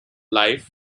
life